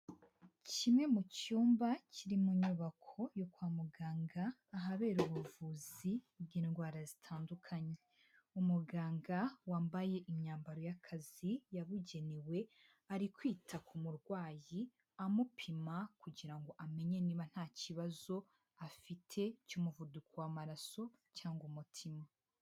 Kimwe mu cyumba kiri mu nyubako yo kwa muganga ahabera ubuvuzi bw'indwara zitandukanye, umuganga wambaye imyambaro y'akazi yabugenewe ari kwita ku murwayi amupima kugira ngo amenye niba ntakibazo afite cy'umuvuduko w'amaraso cyangwa umutima.